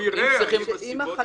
הוא יראה אם הסיבות מתאימות או לא.